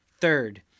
Third